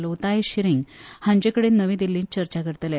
लोताय शिंरींग हांचे कडेन नवी दिल्लीत चर्चा करतले